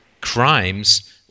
crimes